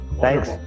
thanks